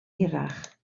hirach